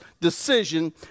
decision